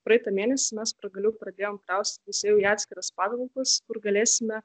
praeitą mėnesį mes pagaliau pradėjom klaustytis jau į atskiras patalpas kur galėsime